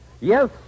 Yes